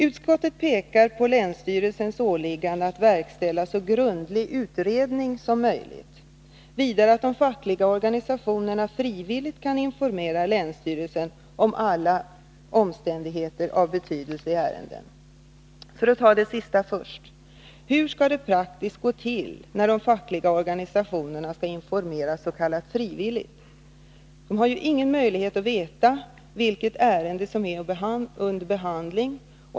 Utskottet pekar på länsstyrelsens åliggande att verkställa så grundlig utredning som möjligt och på att de fackliga organisationerna frivilligt kan informera länsstyrelsen om alla omständigheter av betydelse i ärendena. För att ta det sistnämnda först: Hur skall det praktiskt gå till när de fackliga organisationerna skall informera på ett s.k. frivilligt sätt? De har ju ingen möjlighet att veta vilket ärende som är under behandling.